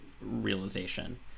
realization